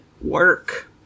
work